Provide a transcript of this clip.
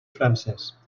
francès